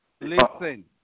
Listen